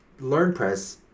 LearnPress